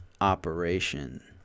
operation